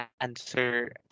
answer